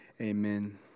amen